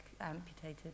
amputated